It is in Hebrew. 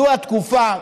זאת התקופה,